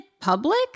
public